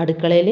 അടുക്കളയിൽ